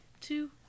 two